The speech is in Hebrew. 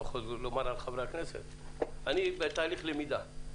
לא יכול לומר על חברי הכנסת אני בתהליך למידה,